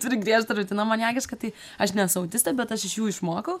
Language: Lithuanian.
turi griežtą rutiną maniakišką tai aš nesu autistė bet aš iš jų išmokau